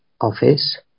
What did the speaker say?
office